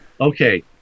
Okay